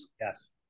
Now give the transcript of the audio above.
Yes